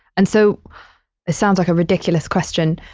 and so it sounds like a ridiculous question,